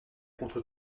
contre